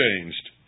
changed